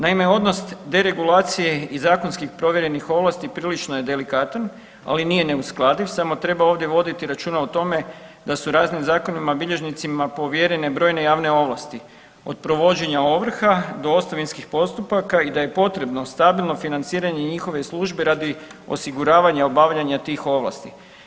Naime, odnos deregulacije i zakonskih provjerenih ovlasti prilično je delikatan, ali nije neuskladiv samo treba ovdje voditi računa o tome da su raznim zakonima bilježnicima povjerene brojne javne ovlasti, od provođenja ovrha do ostavinskih postupaka i da je potrebno stabilno financiranje njihove službe radi osiguravanja obavljanja tih ovlasti.